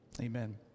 Amen